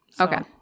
Okay